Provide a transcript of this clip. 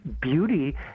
beauty